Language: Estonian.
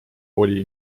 oli